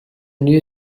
new